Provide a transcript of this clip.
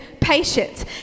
patience